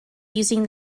using